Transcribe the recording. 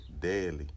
daily